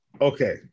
Okay